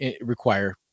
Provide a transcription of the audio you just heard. require